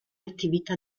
attività